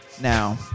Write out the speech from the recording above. Now